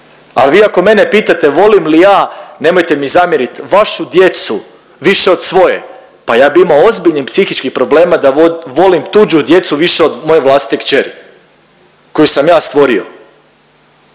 a vi ako mene pitate volim li ja, nemojte mi zamjeriti, vašu djecu više od svoje pa ja bi imao ozbiljnih psihičkih problema da volim tuđu djecu više od moje vlastite kćeri koju sam ja stvorio,